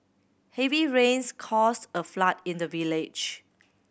heavy rains caused a flood in the village